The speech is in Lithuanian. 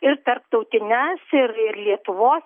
ir tarptautines ir ir lietuvos